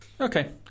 Okay